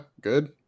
good